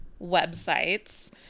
websites